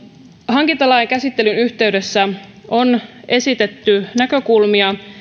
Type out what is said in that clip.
hankintalain käsittelyn yhteydessä on esitetty näkökulmia